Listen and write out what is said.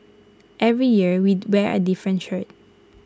every year we wear A different shirt